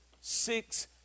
six